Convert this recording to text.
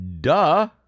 duh